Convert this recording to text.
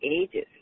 ages